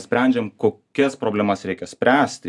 sprendžiam kokias problemas reikia spręsti